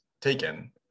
taken